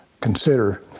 consider